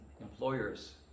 employers